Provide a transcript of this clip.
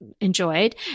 enjoyed